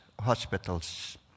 hospitals